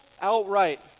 outright